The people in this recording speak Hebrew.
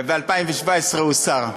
וב-2017 הוא שר.